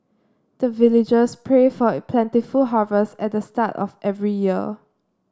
the villagers pray for plentiful harvest at the start of every year